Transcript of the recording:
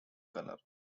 color